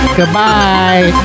Goodbye